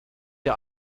der